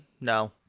no